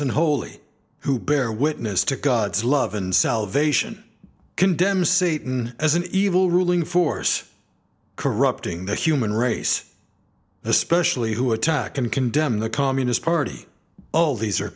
and holy who bear witness to god's love and salvation condemns satan as an evil ruling force corrupting the human race especially who attack and condemn the communist party oh these are